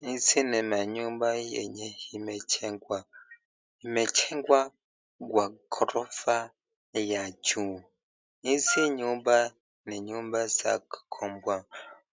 Hizi ni manyumba yenye imejengwa imejengwa Kwa gorofa ya juu hizi nyumba ni nyumba ya kukomboa